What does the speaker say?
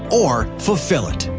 or fulfill it?